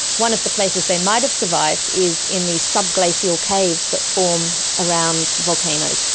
one of the places they might have survived is in the sub-glacial caves that form around volcanoes.